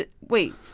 Wait